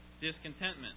discontentment